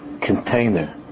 container